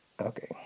Okay